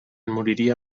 moriria